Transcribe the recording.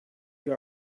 you